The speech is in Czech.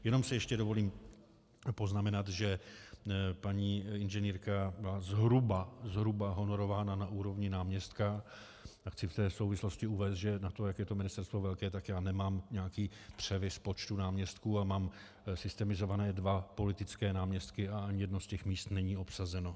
Jenom si ještě dovolím poznamenat, že paní inženýrka byla zhruba zhruba honorována na úrovni náměstka, a chci v té souvislosti uvést, že na to, jak je to Ministerstvo velké, tak já nemám nějaký převis počtu náměstků a mám systemizované dva politické náměstky a ani jedno z těch míst není obsazeno.